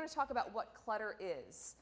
want to talk about what clutter is